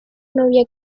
novia